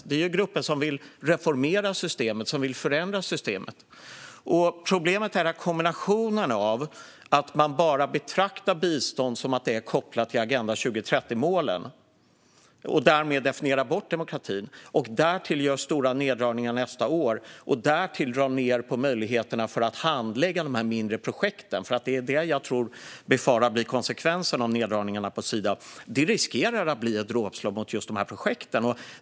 Det är grupper som vill reformera och förändra systemet. Kombinationen av att betrakta biståndet som enbart kopplat till Agenda 2030-målen och därmed definiera bort demokratin, att göra stora neddragningar nästa år och att dra ned på möjligheten att handlägga dessa mindre projekt, vilket jag befarar blir konsekvensen av neddragningarna på Sida, riskerar att bli ett dråpslag mot just dessa projekt.